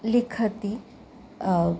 लिखति